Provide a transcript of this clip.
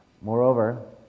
Moreover